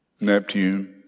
Neptune